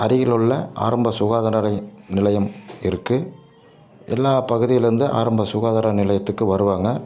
அருகிலுள்ள ஆரம்ப சுகாதார நிலைய நிலையம் இருக்குது எல்லா பகுதிலேருந்தும் ஆரம்ப சுகாதார நிலையத்துக்கு வருவாங்க